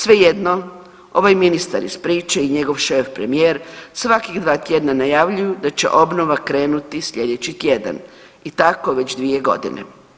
Svejedno ovaj ministar iz priče i njegov šef premijer svakih dva tjedna najavljuju da će obnova krenuti sljedeći tjedan i tako već dvije godine.